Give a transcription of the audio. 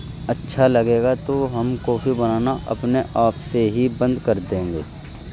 اچھا لگے گا تو ہم کافی بنانا اپنے آپ سے ہی بند کر دیں گے